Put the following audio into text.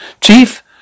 Chief